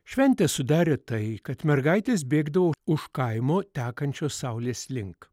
šventę sudarė tai kad mergaitės bėgdavo už kaimo tekančios saulės link